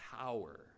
power